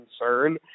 concern